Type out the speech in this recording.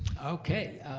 okay,